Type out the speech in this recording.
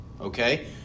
Okay